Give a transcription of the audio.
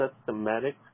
systematic